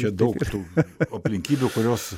čia daug tu aplinkybių kurios